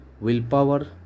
willpower